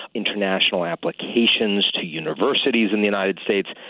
international applications to universities in the united states,